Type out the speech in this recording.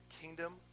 kingdom